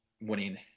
winning